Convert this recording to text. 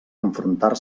enfrontar